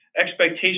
expectations